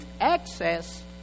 access